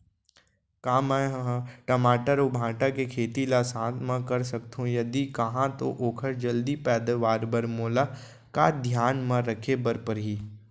का मै ह टमाटर अऊ भांटा के खेती ला साथ मा कर सकथो, यदि कहाँ तो ओखर जलदी पैदावार बर मोला का का धियान मा रखे बर परही?